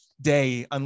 day